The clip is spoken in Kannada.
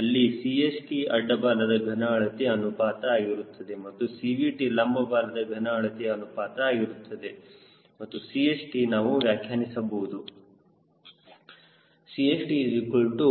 ಅಲ್ಲಿ CHT ಅಡ್ಡ ಬಾಲದ ಘನ ಅಳತೆ ಅನುಪಾತ ಆಗಿರುತ್ತದೆ ಮತ್ತು CVT ಲಂಬ ಬಾಲದ ಘನ ಅಳತೆ ಅನುಪಾತ ಆಗಿರುತ್ತದೆ ಮತ್ತು CHT ನಾವು ವ್ಯಾಖ್ಯಾನಿಸಬಹುದು